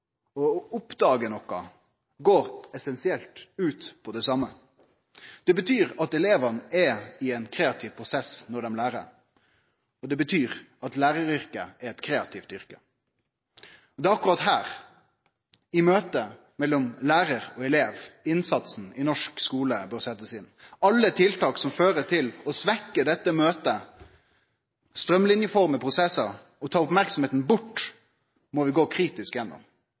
og å oppdage noko går essensielt ut på det same. Det betyr at elevane er i ein kreativ prosess når dei lærer, og det betyr at læraryrket er eit kreativt yrke. Det er akkurat her – i møtet mellom lærar og elev – at ein bør setje inn innsatsen i norsk skule. Alle tiltak som fører til å svekkje dette møtet, å straumlinjeforme prosessar og ta merksemda bort, må vi gå kritisk